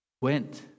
went